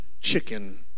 chicken